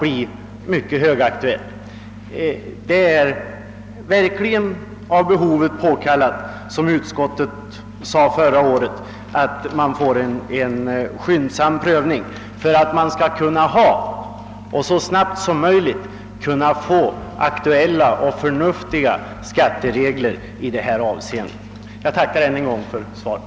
Som utskottet anförde förra året är det verkligen av behovet påkallat att man får en skyndsam prövning för att så snabbt som möjligt kunna skapa förnuftiga skatteregler i detta avseende. Jag tackar än en gång för svaret.